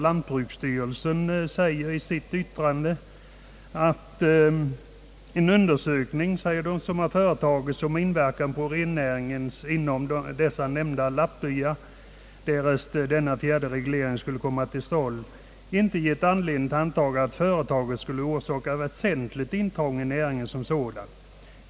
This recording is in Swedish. Lantbruksstyrelsen säger i sitt yttrande, att en undersökning som företagits om inverkan på rennäringen i de nämnda lappbyarna, därest denna fjärde reglering skulle komma till stånd, inte gett anledning antaga att företaget skulle orsaka väsentligt intrång emot näringen som sådan.